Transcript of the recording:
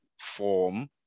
form